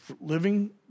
living